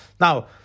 Now